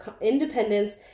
independence